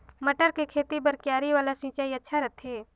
मटर के खेती बर क्यारी वाला सिंचाई अच्छा रथे?